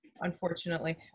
unfortunately